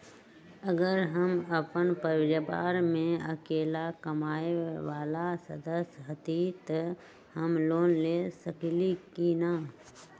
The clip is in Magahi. अगर हम अपन परिवार में अकेला कमाये वाला सदस्य हती त हम लोन ले सकेली की न?